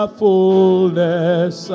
fullness